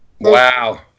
Wow